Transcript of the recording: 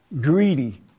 greedy